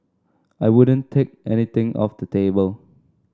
I wouldn't take anything off the table